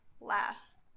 last